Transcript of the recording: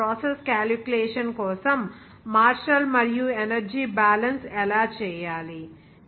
అక్కడ process calculation కోసం మార్షల్ మరియు ఎనర్జీ బ్యాలెన్స్ ఎలా చేయాలి